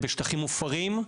זה בשטחים מופרים,